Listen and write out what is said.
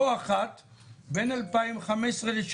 בזה שהיא מאפשרת למפלגת רע"ם כמו שאמר נפתלי בנט,